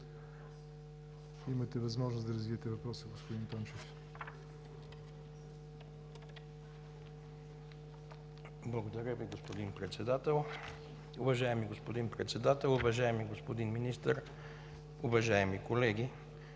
Имате възможност да развиете въпроса, господин Тончев. ЕМИЛ ТОНЧЕВ (ГЕРБ): Благодаря Ви, господин Председател. Уважаеми господин Председател, уважаеми господин Министър, уважаеми колеги!